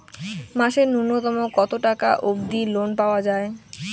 মাসে নূন্যতম কতো টাকা অব্দি লোন পাওয়া যায়?